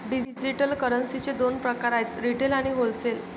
digital करन्सीचे दोन प्रकार आहेत रिटेल आणि होलसेल